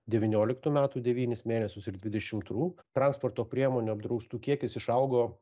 devynioliktų metų devynis mėnesius ir dvidešimtrų transporto priemonių apdraustų kiekis išaugo